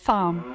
Farm